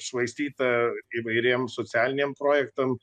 švaistyta įvairiem socialiniam projektam